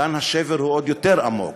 כאן השבר הוא עוד יותר עמוק,